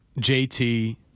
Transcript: JT